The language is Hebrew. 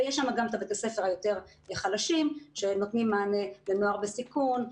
ויש שם גם את בתי הספר היותר חלשים שנותנים מענה לנוער בסיכון,